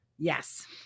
Yes